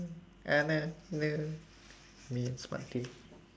oh no no